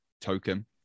token